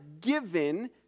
given